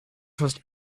trust